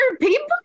people